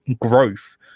growth